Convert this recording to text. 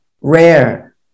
rare